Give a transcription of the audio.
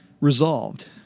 Resolved